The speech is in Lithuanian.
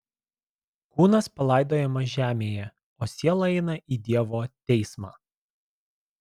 kūnas palaidojamas žemėje o siela eina į dievo teismą